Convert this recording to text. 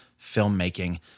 filmmaking